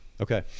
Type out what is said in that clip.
Okay